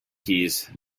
keys